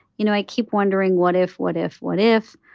you know, i keep wondering what if, what if, what if.